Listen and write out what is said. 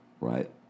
right